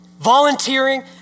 volunteering